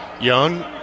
Young